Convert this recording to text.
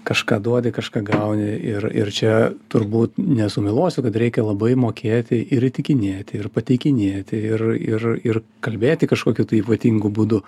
kažką duodi kažką gauni ir ir čia turbūt nesumeluosiu kad reikia labai mokėti ir įtikinėti ir pateikinėti ir ir ir kalbėti kažkokiu tai ypatingu būdu